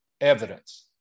evidence